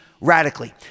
radically